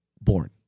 born